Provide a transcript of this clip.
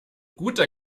guter